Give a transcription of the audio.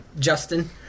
Justin